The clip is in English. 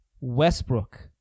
Westbrook